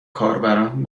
کاربران